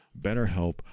BetterHelp